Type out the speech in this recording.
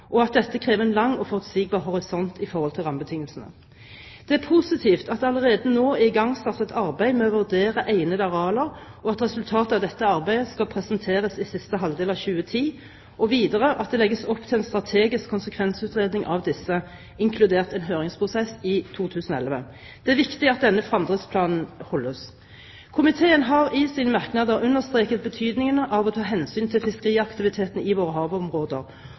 og at dette krever en lang og forutsigbar horisont i forhold til rammebetingelsene. Det er positivt at det allerede nå er igangsatt et arbeid med å vurdere egnede arealer, og at resultatet av dette arbeidet skal presenteres i siste halvdel av 2010, og videre at det legges opp til en strategisk konsekvensutredning av disse, inkludert en høringsprosess, i 2011. Det er viktig at denne fremdriftsplanen holdes. Komiteen har i sine merknader understreket betydningen av å ta hensyn til fiskeriaktivitetene i våre havområder,